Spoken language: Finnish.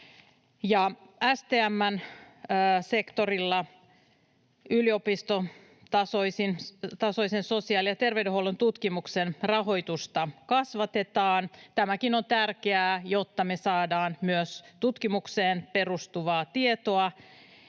STM:n sektorilla yliopistotasoisen sosiaali- ja terveydenhuollon tutkimuksen rahoitusta kasvatetaan. Tämäkin on tärkeää, jotta me saadaan myös tutkimukseen perustuvaa tietoa